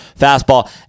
fastball